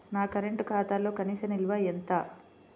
నా కరెంట్ ఖాతాలో కనీస నిల్వ ఎంత?